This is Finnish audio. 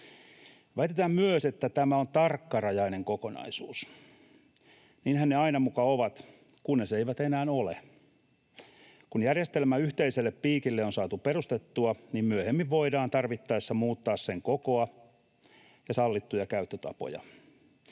Väitetään myös, että tämä on tarkkarajainen kokonaisuus. Niinhän ne aina muka ovat, kunnes eivät enää ole. Kun järjestelmä yhteiselle piikille on saatu perustettua, niin myöhemmin voidaan tarvittaessa muuttaa sen kokoa ja sallittuja käyttötapoja,